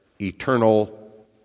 eternal